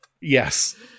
yes